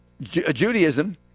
Judaism